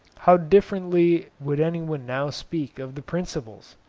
how differently would anyone now speak of the principles!